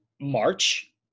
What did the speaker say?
March